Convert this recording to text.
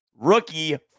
rookie